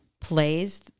plays